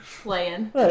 playing